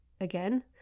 again